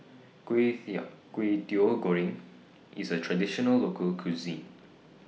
Kway Kway Teow Goreng IS A Traditional Local Cuisine